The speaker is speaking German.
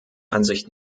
ansicht